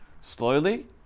slowly